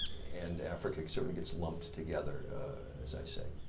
and africa sort of gets lumped together as i said.